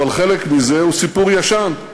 אבל חלק מזה הוא סיפור ישן.